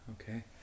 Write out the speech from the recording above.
Okay